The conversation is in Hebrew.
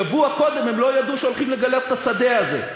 שבוע קודם הם לא ידעו שהולכים לגלות את השדה הזה.